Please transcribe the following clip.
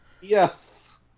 Yes